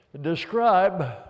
describe